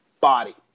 body